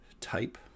type